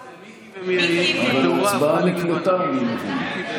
אצל מיקי, אבל ההצבעה נקלטה, אני מבין.